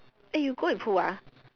eh you go with who ah